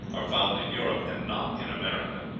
are found in europe and not in america,